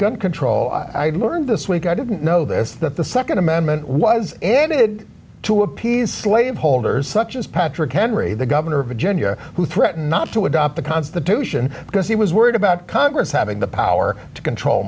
gun control i learned this week i didn't know this that the nd amendment was intended to appease slave holders such as patrick henry the governor of virginia who threatened not to adopt the constitution because he was worried about congress having the power to control